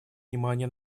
внимание